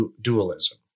dualism